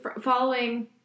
following